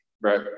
Right